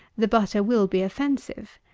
the butter will be offensive.